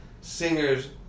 singer's